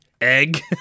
Egg